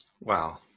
Wow